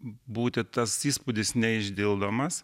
būti tas įspūdis neišdildomas